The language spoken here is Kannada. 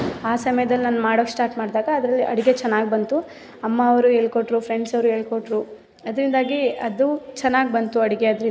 ಆ ಸಮಯದಲ್ಲಿ ನಾನು ಮಾಡೋಕೆ ಸ್ಟಾರ್ಟ್ ಮಾಡಿದಾಗ ಅದರಲ್ಲಿ ಅಡುಗೆ ಚೆನ್ನಾಗಿ ಬಂತು ಅಮ್ಮ ಅವ್ರು ಹೇಳ್ಕೊಟ್ರು ಫ್ರೆಂಡ್ಸ್ ಅವರು ಹೇಳ್ಕೊಟ್ರು ಅದರಿಂದಾಗಿ ಅದು ಚೆನ್ನಾಗಿ ಬಂತು ಅಡುಗೆ ಅದರಿಂದ